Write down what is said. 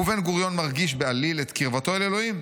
"ובן-גוריון מרגיש בעליל את קרבתו של אלוהים.